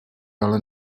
ale